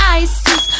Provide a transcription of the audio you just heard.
ices